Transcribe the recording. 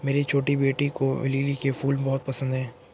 मेरी छोटी बेटी को लिली के फूल बहुत पसंद है